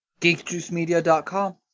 geekjuicemedia.com